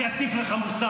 אתה לא תטיף לי מוסר.